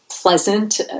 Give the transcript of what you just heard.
pleasant